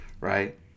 right